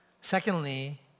Secondly